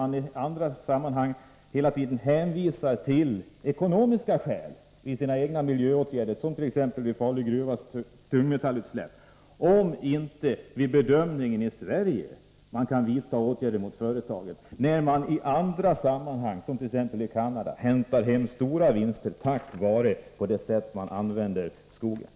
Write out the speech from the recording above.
Men eftersom företaget på andra håll, som i Canada, hämtar hem stora vinster genom att på ett upprörande sätt bryta mot den policy som vi har här i Sverige, kan man då inte vid bedömningen av företagets verksamhet i Sverige vidta åtgärder gentemot företaget?